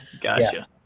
Gotcha